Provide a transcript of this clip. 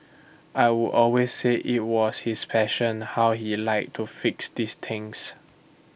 I would always say IT was his passion how he liked to fix these things